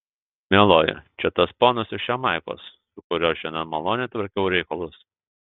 mieloji čia tas ponas iš jamaikos su kuriuo šiandien maloniai tvarkiau reikalus